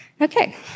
Okay